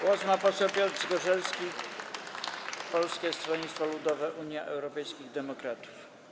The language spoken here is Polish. Głos ma poseł Piotr Zgorzelski, Polskie Stronnictwo Ludowe - Unia Europejskich Demokratów.